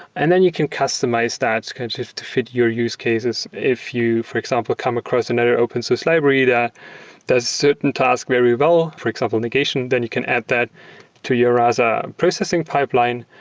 and then you can customize that to fit your use cases if you, for example, come across another open source library that does certain tasks very well, for example, negation, then you can add that to your rasa processing pipeline.